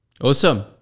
Awesome